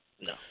no